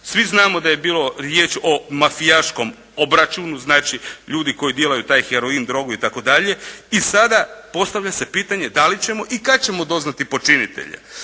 Svi znamo da je bila riječ o mafijaškom obračunu, znači ljudi koji dilaju taj heroin, drogu itd. i sada postavlja se pitanje da li ćemo i kada ćemo doznati počinitelje.